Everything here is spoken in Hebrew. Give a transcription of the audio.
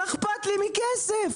מה אכפת לי מכסף.